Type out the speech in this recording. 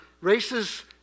races